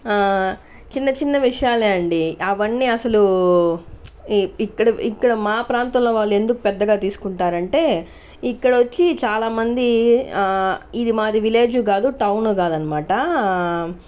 చిన్న చిన్న విషయాలే అండి అవ్వన్నీ అసలు ఇక్కడ ఇక్కడ మా ప్రాంతంలో వాళ్ళు ఎందుకు పెద్దగా తీసుకుంటారంటే ఇక్కడ వచ్చి చాలామంది ఇది మాది విలేజు కాదు టౌను కాదనమాట